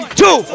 two